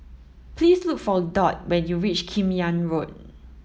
please look for Dot when you reach Kim Yam Road